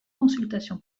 consultation